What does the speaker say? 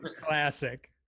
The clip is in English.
Classic